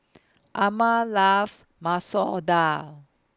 Amma loves Masoor Dal